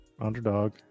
underdog